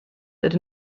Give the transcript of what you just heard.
ydyn